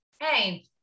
Hey